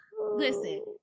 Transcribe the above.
listen